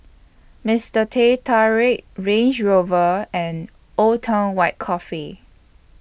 Mister Teh Tarik Range Rover and Old Town White Coffee